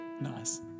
Nice